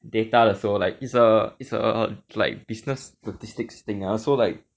data 的时候 like it's a it's a like business statistics thing ah so like